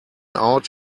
out